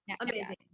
Amazing